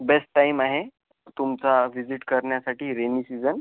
best time आहे तुमचा visit करण्यासाठी रेनी सीझन